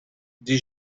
dit